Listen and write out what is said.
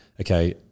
okay